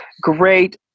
great